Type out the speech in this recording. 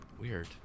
Weird